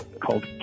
called